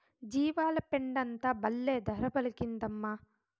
జీవాల పెండంతా బల్లే ధర పలికిందమ్మా